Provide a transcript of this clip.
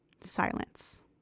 Silence